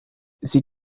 sie